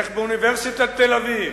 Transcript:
איך באוניברסיטת תל-אביב,